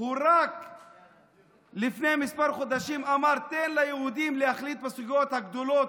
רק לפני כמה חודשים הוא אמר: תן ליהודים להחליט בסוגיות הגדולות,